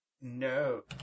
No